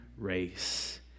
race